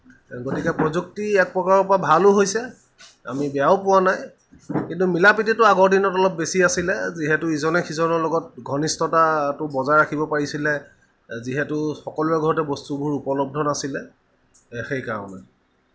গতিকে প্ৰযুক্তি এক প্ৰকাৰৰ পৰা ভালো হৈছে আমি বেয়াও পোৱা নাই কিন্তু মিলা প্ৰীতিটো আগৰ দিনত অলপ বেছি আছিলে যিহেতু ইজনে সিজনৰ লগত ঘনিষ্ঠতাটো বজাই ৰাখিব পাৰিছিলে যিহেতু সকলোৰে ঘৰতে বস্তুবোৰ উপলব্ধ নাছিলে সেইকাৰণে